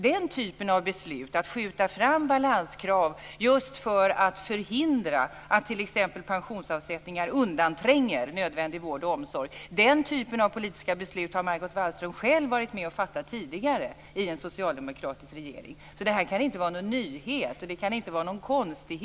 Den typen av politiska beslut, att skjuta fram balanskrav just för att förhindra att t.ex. pensionsavsättningar undantränger nödvändig vård och omsorg, har Margot Wallström själv tidigare varit med om att fatta i en socialdemokratisk regering. Det här kan inte vara någon nyhet, och det kan inte vara något konstigt.